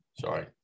sorry